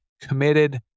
committed